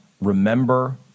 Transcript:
remember